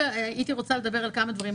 הייתי רוצה לדבר על כמה דברים נוספים,